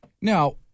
Now